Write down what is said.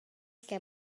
que